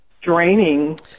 draining